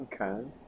Okay